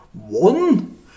one